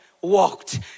walked